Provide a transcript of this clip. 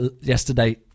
yesterday